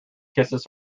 kisses